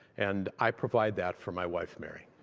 and i provide that for my wife mary.